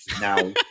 Now